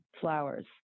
flowers